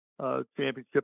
championship